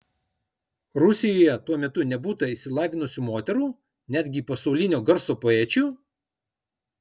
rusijoje tuo metu nebūta išsilavinusių moterų netgi pasaulinio garso poečių